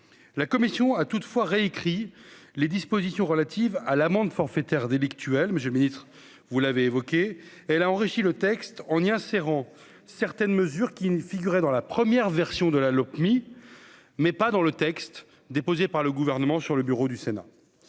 la Commission a toutefois réécrit les dispositions relatives à l'amende forfaitaire délictuelle, Monsieur le Ministre, vous l'avez évoqué, elle a enrichi le texte, on y a serrant certaines mesures qui ne figuraient dans la première version de la Lopmi, mais pas dans le texte, déposé par le gouvernement sur le bureau du Sénat